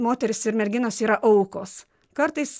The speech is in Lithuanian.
moterys ir merginos yra aukos kartais